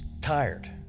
tired